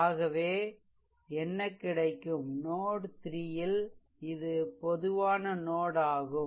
ஆகவே என்ன கிடைக்கும் நோட்3 ல் இது பொதுவான நோட் ஆகும்